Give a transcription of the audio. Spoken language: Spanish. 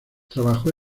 trabajó